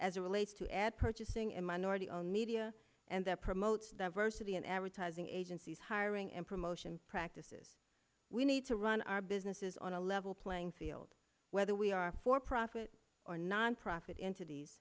as it relates to ad purchasing and minority owned media and that promotes diversity in advertising agencies hiring and promotion practices we need to run our businesses on a level playing field whether we are for profit or nonprofit entities